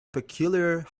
peculiar